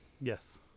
Yes